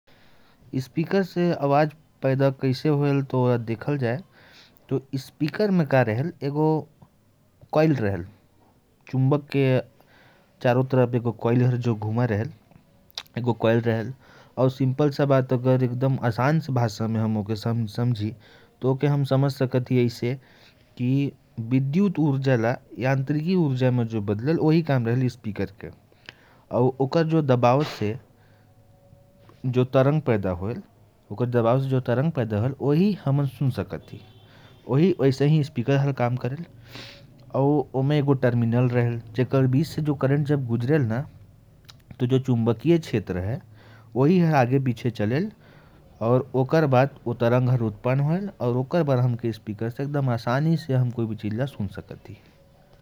स्पीकर को देखा जाए तो, इसमें एक कॉइल होता है जो चुंबक के चारों तरफ घूमता है। एकदम आसान भाषा में कहें तो, यह विद्युत ऊर्जा को तरंग ऊर्जा में बदलता है, यही कारण है कि स्पीकर से आवाज निकलती है।